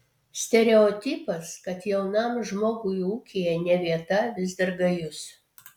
stereotipas kad jaunam žmogui ūkyje ne vieta vis dar gajus